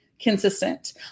consistent